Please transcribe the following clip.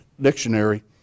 dictionary